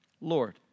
Lord